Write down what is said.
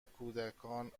کودکان